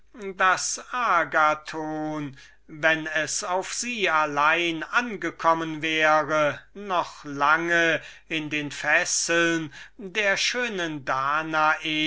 wenn es auf sie allein angekommen wäre agathon noch lange in den fesseln der schönen danae